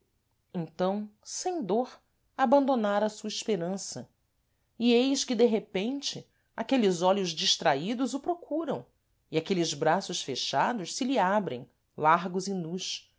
então sem dor abandonara a sua esperança e eis que de repente aqueles olhos distraídos o procuram e aqueles braços fechados se lhe abrem largos e nus